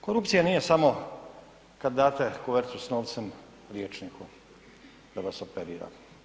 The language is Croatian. Korupcija nije samo kad date kuvertu s novcem liječniku da vas operira.